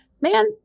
Man